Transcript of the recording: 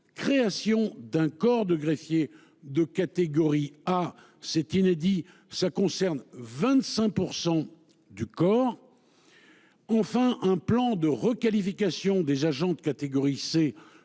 création d’un corps de greffiers de catégorie A – c’est inédit –, qui concerne 25 % du corps ; enfin, un plan de requalification des agents de catégorie C